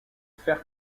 fer